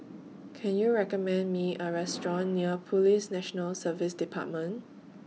Can YOU recommend Me A Restaurant near Police National Service department